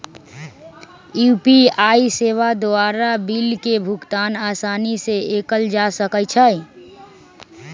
UPI सेवा द्वारा bill के भुगतान असानी से कएल जा सकइ छै